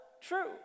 true